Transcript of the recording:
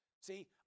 See